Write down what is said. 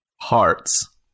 hearts